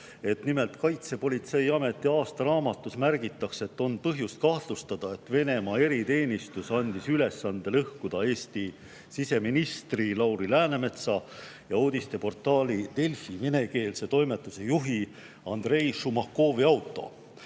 Nimelt, Kaitsepolitseiameti aastaraamatus märgitakse, et on põhjust kahtlustada, et Venemaa eriteenistus andis ülesande lõhkuda Eesti siseministri Lauri Läänemetsa ja uudisteportaali Delfi venekeelse toimetuse juhi Andrei Šumakovi auto.